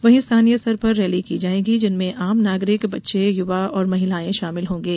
वहीं स्थानीय स्तर पर रैली की जायेगी जिसमें आम नागरिक बच्चे युवा और महिलाएँ शामिल होंगे